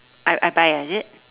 I I buy eh is it